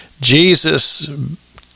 Jesus